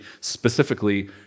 specifically